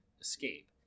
escape